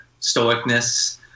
stoicness